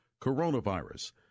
coronavirus